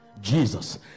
Jesus